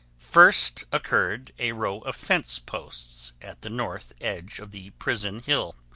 first occurred a row of fence posts at the north edge of the prison hill,